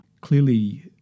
Clearly